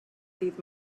ddydd